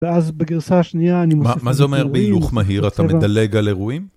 ואז בגרסה השנייה אני, מה זה אומר בהילוך מהיר? אתה מדלג על אירועים?